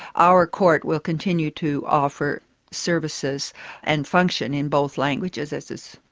our court will continue to offer services and function in both languages, as is,